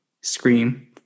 scream